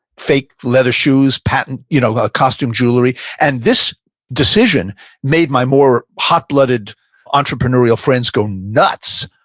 fake leather shoes, patent, you know ah costume jewelry, and this decision made my more hot blooded entrepreneurial friends go nuts.